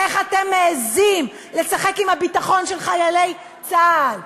איך אתם מעזים לשחק עם הביטחון של חיילי צה"ל?